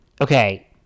Okay